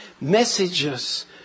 messages